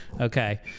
Okay